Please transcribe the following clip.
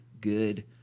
Good